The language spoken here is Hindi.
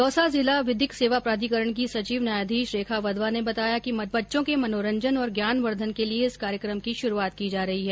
दौसा जिला विधिक सेवा प्राधिकरण की सचिव न्यायाधीश रेखा वधवा ने बताया कि बच्चों के मनोरंजन और ज्ञान वर्धन के लिए इस कार्यक्रम की श्रुआत की जा रही है